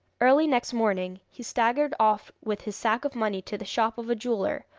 early next morning he staggered off with his sack of money to the shop of a jeweller,